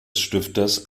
stifters